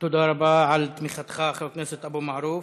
תודה רבה על תמיכתך, חבר הכנסת אבו מערוף.